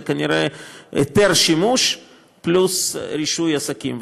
זה כנראה היתר שימוש פלוס רישוי עסקים.